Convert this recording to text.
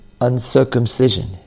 uncircumcision